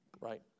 Right